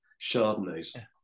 chardonnays